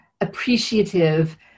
appreciative